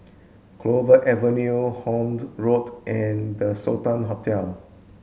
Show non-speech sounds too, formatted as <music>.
Clover Avenue Horne <unintelligible> Road and The Sultan Hotel